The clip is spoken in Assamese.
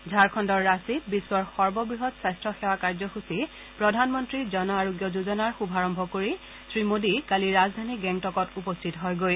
ঝাৰখণ্ডৰ ৰাঁচীত বিশ্বৰ সৰ্ববৃহৎ স্বাস্থ্য সেৱা কাৰ্যসূচী প্ৰধানমন্ত্ৰী জন আৰোগ্য যোজনাৰ শুভাৰম্ভ কৰি শ্ৰীমোডী কালী ৰাজধানী গেংটকত উপস্থিত হয়গৈ